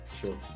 Sure